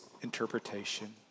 interpretation